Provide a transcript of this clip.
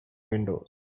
windows